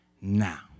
now